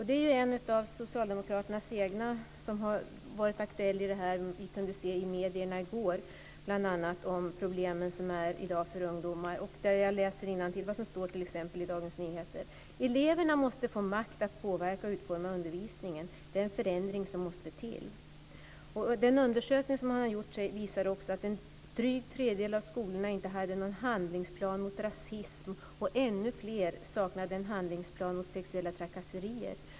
Det är en av socialdemokraternas egna som har varit aktuell. Vi kunde i medierna i går se bl.a. om de problem som finns för ungdomar i dag. Jag läser innantill från Dagens Nyheter: "Eleverna måste få makt att påverka och utforma undervisningen. Det är en förändring som måste till". En undersökning som man har gjort visar också att "en dryg tredjedel av skolorna inte hade någon handlingsplan mot rasism, och att ännu fler saknade en handlingsplan mot sexuella trakasserier.